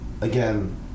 again